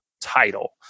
title